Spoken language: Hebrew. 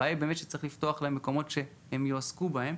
הבעיה היא באמת שצריך לפתוח להם מקומות שהם יועסקו בהם.